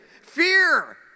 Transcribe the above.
Fear